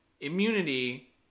immunity